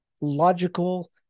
logical